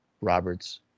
Roberts